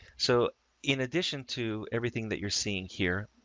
so in addition to everything that you're seeing here,